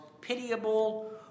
pitiable